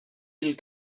îles